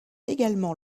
également